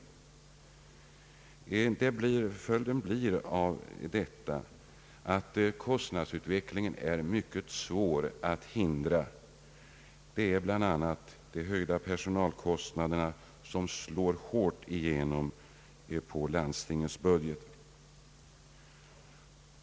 Följden blir att kostnadsstegringen är mycket svår att hindra. De höjda personalkostnaderna slår hårt igenom i landstingens budget.